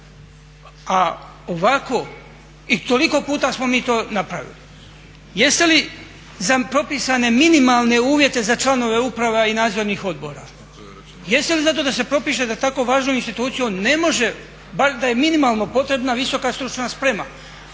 A ovako, i tolik puta smo mi to napravili, jeste li za propisane minimalne uvjete za članove uprava i nadzornih odbora, jeste li za to da se propiše da tako važnu instituciju ne može, da je minimalno potrebna visoka stručna sprema